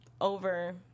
over